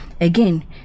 Again